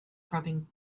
grubbing